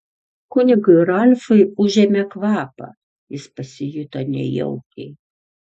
kunigui ralfui užėmė kvapą jis pasijuto nejaukiai